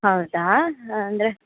ಹೌದಾ ಅಂದರೆ